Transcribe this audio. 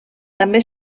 també